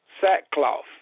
sackcloth